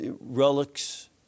relics